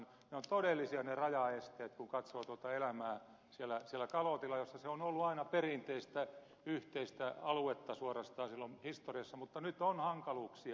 ne ovat todellisia ne rajaesteet kun katsoo elämää siellä kalotilla jossa se on ollut aina perinteistä yhteistä aluetta suorastaan silloin historiassa mutta nyt on hankaluuksia